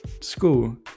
school